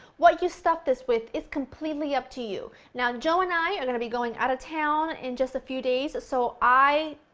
what you stuff this with is completely up to you. now, joe and i are going to be going out of town in just a few days, so i,